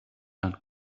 and